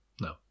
no